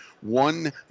one